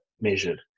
measured